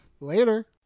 Later